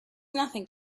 nothing